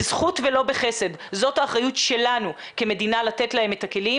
בזכות ולא בחסד זאת האחריות שלנו כמדינה לתת להם את הכלים.